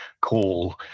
call